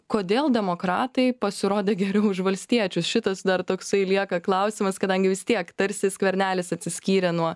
kodėl demokratai pasirodė geriau už valstiečius šitas dar toksai lieka klausimas kadangi vis tiek tarsi skvernelis atsiskyrė nuo